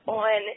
on